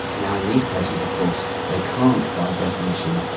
now in these patients of course they can't, by definition,